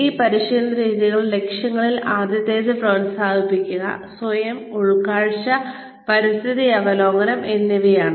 ഈ പരിശീലന രീതികളുടെ ലക്ഷ്യങ്ങളിൽ ആദ്യത്തേത് പ്രോത്സാഹിപ്പിക്കുക സ്വയം ഉൾക്കാഴ്ച പരിസ്ഥിതി അവബോധം എന്നിവയാണ്